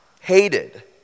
hated